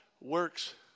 works